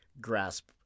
grasp